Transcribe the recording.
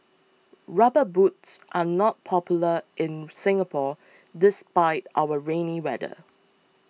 rubber boots are not popular in Singapore despite our rainy weather